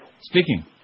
Speaking